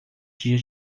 dias